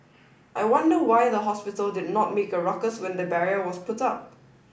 I wonder why the hospital did not make a ruckus when the barrier was put up